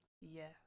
yes